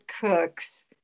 cooks